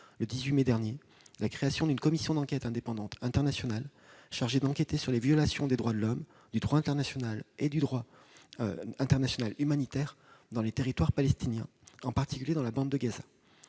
le 18 mai dernier, la création d'une commission d'enquête indépendante internationale chargée d'enquêter sur les violations des droits de l'homme, du droit international et du droit international humanitaire dans les territoires palestiniens, en particulier dans la bande de Gaza.